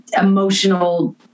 emotional